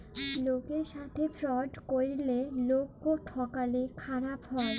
লকের সাথে ফ্রড ক্যরলে লকক্যে ঠকালে খারাপ হ্যায়